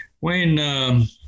Wayne